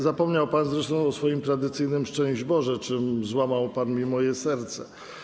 Zapomniał pan zresztą o swoim tradycyjnym: Szczęść Boże, czym złamał pan moje serce.